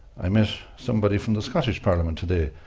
i met somebody from the scottish parliament today,